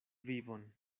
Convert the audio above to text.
vivon